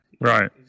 right